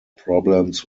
problems